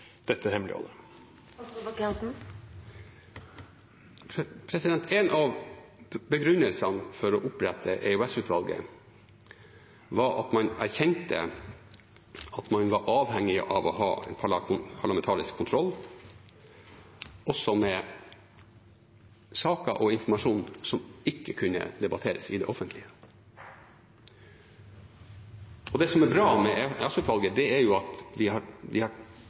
dette hemmeligholdet? En av begrunnelsene for å opprette EOS-utvalget var at man erkjente at man var avhengig av å ha parlamentarisk kontroll også med saker og informasjon som ikke kunne debatteres i det offentlige. Det som er bra med EOS-utvalget, er jo at vi har gitt dem tillit til at de undersøker på vegne av oss. Så har